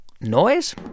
noise